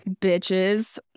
bitches